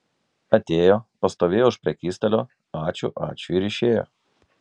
atėjo pastovėjo už prekystalio ačiū ačiū ir išėjo